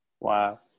Wow